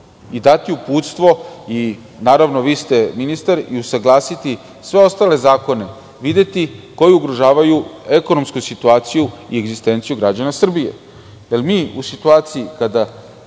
i dati uputstvo, vi ste ministar, i usaglasiti sve ostale zakone, videti, koji ugrožavaju ekonomsku situaciju i egzistenciju građana Srbije.